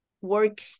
work